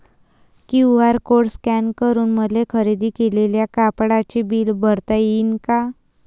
QR code scan करून मले खरेदी केलेल्या कापडाचे बिल भरता यीन का?